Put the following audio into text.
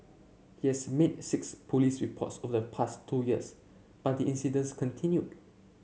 he has made six police reports over the past two years but the incidents continued